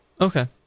Okay